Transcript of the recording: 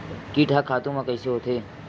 कीट ह खातु म कइसे आथे?